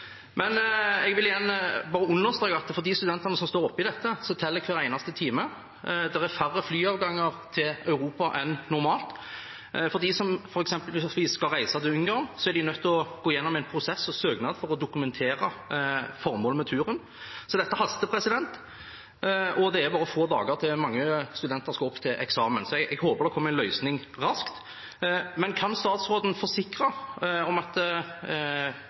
Jeg vil igjen understreke at for de studentene som står oppe i dette, teller hver eneste time. Det er færre flyavganger til Europa enn normalt. De som f.eks. skal reise til Ungarn, er nødt til å gå gjennom en prosess og en søknad for å dokumentere formålet med turen, så dette haster. Det er bare få dager til mange studenter skal opp til eksamen, så jeg håper det kommer en løsning raskt. Men kan statsråden forsikre at